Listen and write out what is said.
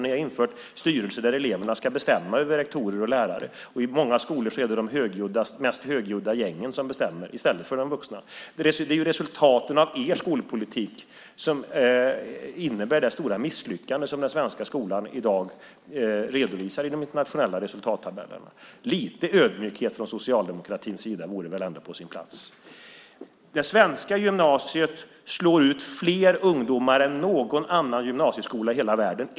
Ni har infört styrelser där eleverna ska bestämma över rektorer och lärare, och i många skolor är det de mest högljudda gängen som bestämmer i stället för de vuxna. Det är resultaten av er skolpolitik som innebär det stora misslyckande som den svenska skolan i dag redovisar i de internationella resultattabellerna. Lite ödmjukhet från socialdemokratins sida vore väl ändå på sin plats? Det svenska gymnasiet slår ut fler ungdomar än någon annan gymnasieskola i hela världen.